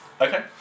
Okay